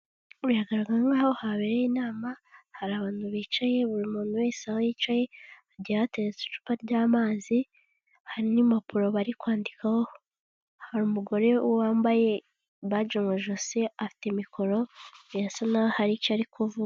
Biragaragara nk'aho habereye inama, hari abantu bicaye, buri muntu wese aho yicaye hagiye hateretse icupa ry'amazi, hari n'impapuro bari kwandikaho, hari umugore wambaye baji mu ijosi afite mikoro birasa n'aho hari icyo ari kuvuga.